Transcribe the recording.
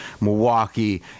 Milwaukee